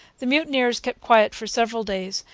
the mutineers kept quiet for several days,